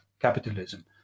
capitalism